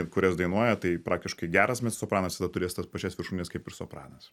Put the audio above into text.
kurias dainuoja tai praktiškai geras mecosopranas visada turės tas pačias viršūnes kaip ir sopranas